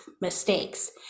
mistakes